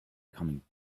coming